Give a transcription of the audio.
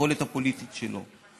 היכולת הפוליטית שלו,